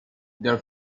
their